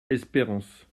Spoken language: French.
espérance